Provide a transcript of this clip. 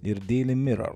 ir deili miror